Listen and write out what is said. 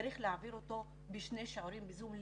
צריך להעביר אותו בשני שיעורים בזום,